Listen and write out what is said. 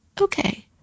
okay